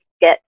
get